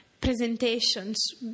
presentations